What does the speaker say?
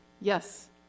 Yes